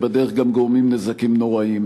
ובדרך גם גורמים נזקים נוראיים.